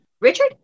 Richard